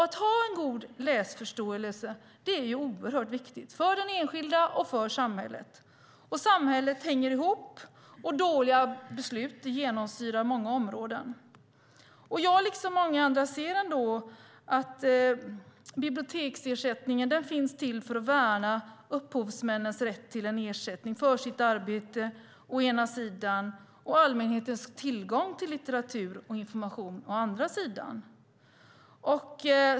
Att ha en god läsförståelse är oerhört viktigt för den enskilda och för samhället. Samhället hänger ihop, och dåliga beslut genomsyrar många områden. Jag, liksom många andra, anser att biblioteksersättningen finns till för att värna upphovsmännens rätt till ersättning för sitt arbete å ena sidan och för att allmänheten ska ha tillgång till litteratur och information å andra sidan.